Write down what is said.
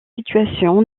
situation